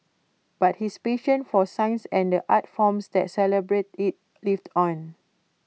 but his passion for science and the art forms that celebrate IT lived on